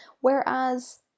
whereas